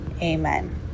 amen